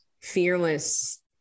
fearless